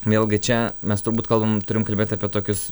vėlgi čia mes turbūt kalbam turim kalbėt apie tokius